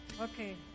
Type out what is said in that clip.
Okay